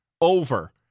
over